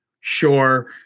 Sure